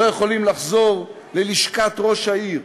לא יכולים לחזור ללשכת ראש העיר.